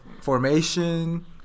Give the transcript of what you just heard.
Formation